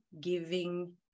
giving